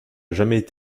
jamais